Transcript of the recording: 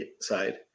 side